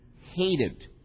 hated